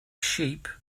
sheep